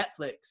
Netflix